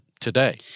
today